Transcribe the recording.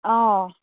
অঁ